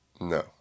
No